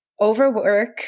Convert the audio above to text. overwork